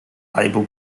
label